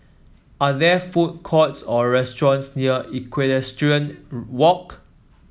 are there food courts or restaurants near Equestrian Walk